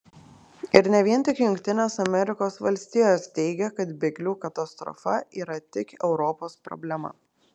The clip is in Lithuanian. ir ne vien tik jungtinės amerikos valstijos teigia kad bėglių katastrofa yra tik europos problema